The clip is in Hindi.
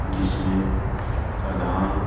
जिसमें प्रधान